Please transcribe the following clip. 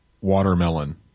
watermelon